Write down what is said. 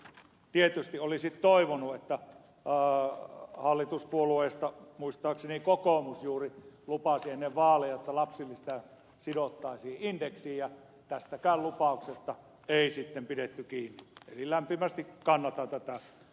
tietysti olisin toivonut että lapsilisä sidottaisiin indeksiin ja hallituspuolueista muistaakseni sen kokoomus juuri lupasi ennen vaaleja mutta tästäkään lupauksesta ei sitten pidetty kiinni